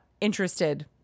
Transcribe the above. interested